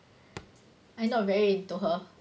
I not very into her